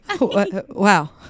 Wow